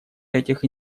этих